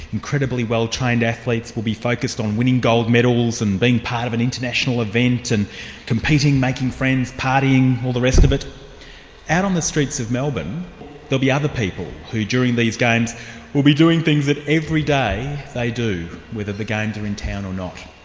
incredibly well-trained athletes will be focused on winning gold medals and being part of an international event and competing, making friends, partying, all the rest of it out on the streets of melbourne there'll be other people who during these games will be doing things that every day they do, whether the games are in town or not.